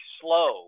slow